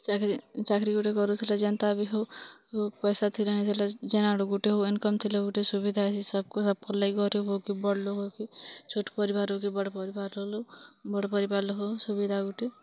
ଚାକିରି ଚାକିରି ଗୋଟେ କରୁଥିଲେ ଯେନ୍ତା ବି ହଉ ପଇସା ଥିଲେ ନ ଥିଲେ ଯେହେଁ ଆଡ଼ୁ ଗୋଟେ ହଉ ଇନକମ୍ ଥିଲେ ଗୋଟେ ସୁବି ଧାକି ସବକ୍ ସବକ୍ ଲାଗି ସେ ଗରିବ୍ ହଉ କି ବଡ଼୍ ଲୋକ୍ ହଉ କି ଛୋଟ୍ ପରିବାର୍ ହଉକି ବଡ଼୍ ପରିବାର୍ ହଲୁ ବଡ଼୍ ପରିବାର୍ ଲ୍ ହଉ ସୁବିଧା ଗୋଟେ